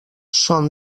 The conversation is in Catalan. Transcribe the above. són